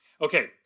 Okay